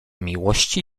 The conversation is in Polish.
miłości